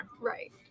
Right